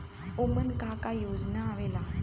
उमन का का योजना आवेला?